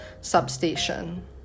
substation